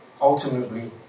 ultimately